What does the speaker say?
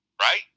Right